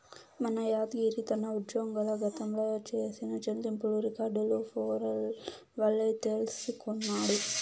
మన యాద్గిరి తన ఉజ్జోగంల గతంల చేసిన చెల్లింపులు రికార్డులు పేరోల్ వల్లే తెల్సికొన్నాడు